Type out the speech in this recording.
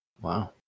Wow